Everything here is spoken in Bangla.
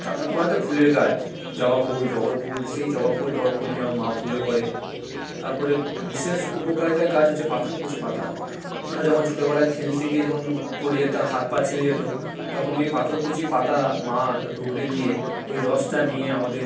তারপরে ঘরে তো ফুলের গাছ জবা ফুল টগর ফুল সেই জবা ফুল টগর ফুল নিয়ে আমার মা পুজো করে তারপরে বিশেষ উপকারিতার গাছ হচ্ছে পাথরকুচি পাতা মানে যখন ছোটোবেলায় খেলতে গিয়ে যখন পড়ে যেতাম হাত পা ছিঁড়ে যেতো তখন ওই পাথরকুচি পাতা মা রগড়ে দিয়ে ওই রসটা নিয়ে আমাদের